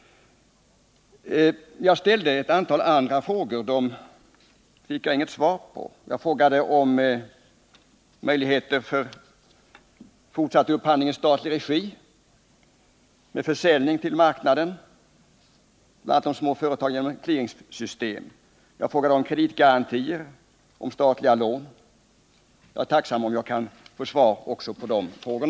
Jag ställde ett antal andra frågor till handelsministern, men jag fick inte något svar på dem. Jag frågade om möjligheter för en fortsatt upphandling i statlig regi med försäljning till marknaden, bl.a. till de små företagen genom ett clearingsystem. Jag frågade om kreditgarantier, om statliga lån. Jag vore tacksam om jag kunde få svar också på dessa frågor.